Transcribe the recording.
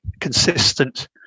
consistent